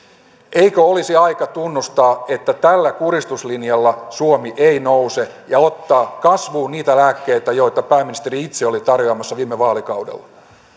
eikö olisi aika tunnustaa että tällä kuristuslinjalla suomi ei nouse ja ottaa kasvuun niitä lääkkeitä joita pääministeri itse oli tarjoamassa viime vaalikaudella